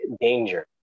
danger